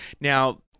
Now